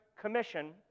Commission